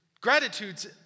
Gratitude's